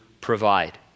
provide